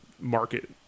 market